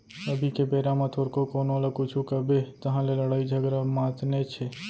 अभी के बेरा म थोरको कोनो ल कुछु कबे तहाँ ले लड़ई झगरा मातनेच हे